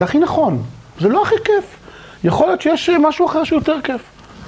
זה הכי נכון, זה לא הכי כיף, יכול להיות שיש משהו אחר שיותר כיף.